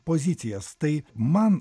pozicijas tai man